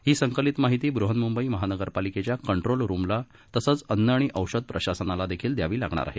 ही संकलित माहिती बहन्म्बई महानगरपालिकेच्या कंट्रोल रूमला तसंच अन्न आणि औषध प्रशासनाला देखील द्यावी लागणार आहे